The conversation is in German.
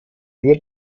nur